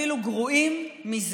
שאפילו גרועים יותר מבחירות.